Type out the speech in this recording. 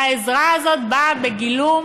והעזרה הזאת באה בגילום